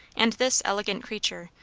and this elegant creature,